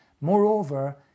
Moreover